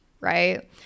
right